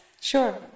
Sure